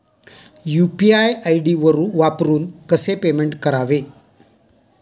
UPI ID वापरून कसे payment करावे?